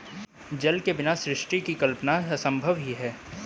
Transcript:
जल के बिना सृष्टि की कल्पना असम्भव ही है